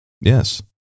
Yes